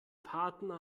partner